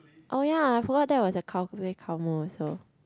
oh ya I forgot that was a cow play cow moo also